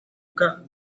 nuca